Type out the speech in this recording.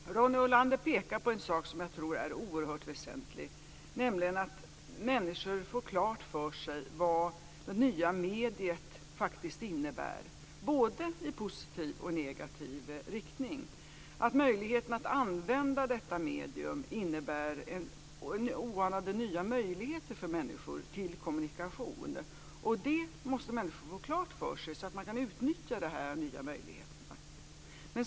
Fru talman! Ronny Olander pekar på något som är oerhört väsentligt, nämligen att människor får klart för sig vad det nya mediet faktiskt innebär i både positiv och negativ riktning. Detta medium innebär oanade nya möjligheter till kommunikation för människor. Det måste människor få klart för sig, så att de kan utnyttja de nya möjligheterna.